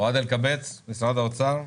אוהד אלקבץ, משרד האוצר,